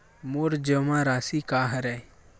मोर जमा राशि का हरय?